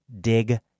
dig